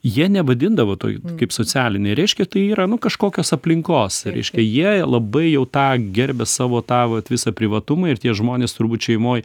jie nevadindavo to kaip socialiniai reiškia tai yra nu kažkokios aplinkos reiškia jie labai jau tą gerbia savo tą vat visą privatumą ir tie žmonės turbūt šeimoj